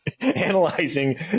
analyzing